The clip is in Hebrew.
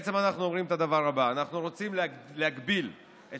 בעצם אנחנו אומרים את הדבר הבא: אנחנו רוצים להגביל את